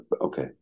okay